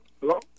Hello